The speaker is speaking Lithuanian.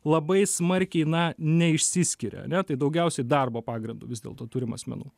labai smarkiai na neišsiskiria ane tai daugiausiai darbo pagrindu vis dėlto turim asmenų